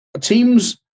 Teams